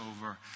over